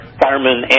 firemen